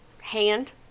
hand